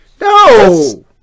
No